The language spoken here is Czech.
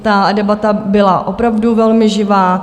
Ta debata byla opravdu velmi živá.